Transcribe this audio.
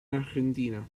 argentina